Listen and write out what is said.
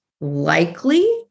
likely